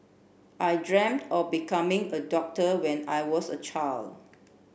I dreamt of becoming a doctor when I was a child